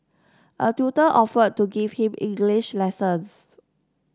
a tutor offered to give him English lessons